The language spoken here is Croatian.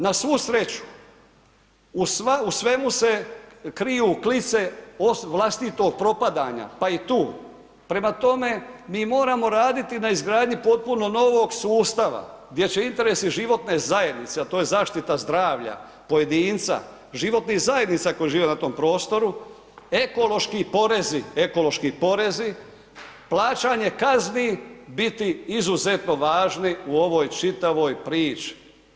Na svu sreću, u svemu se kriju klice vlastitog propadanja pa i tu prema tome, mi moramo raditi na izgradnji potpuno novog sustava gdje će interesi životne zajednice a to je zaštita zdravlja pojedinca, životnih zajednica koje žive na tom prostoru, ekološki porezi, plaćanje kazni biti izuzetno važni u ovoj čitavoj priči.